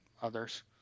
others